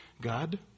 God